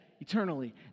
Eternally